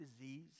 disease